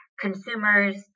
consumers